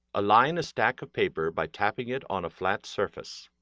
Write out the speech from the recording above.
align a stack of paper by tapping it on a flat surface.